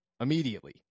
immediately